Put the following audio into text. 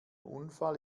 unfall